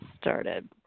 started